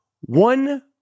one